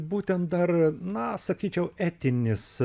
būtent dar na sakyčiau etinis